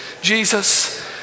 Jesus